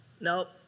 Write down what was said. nope